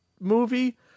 movie